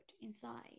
inside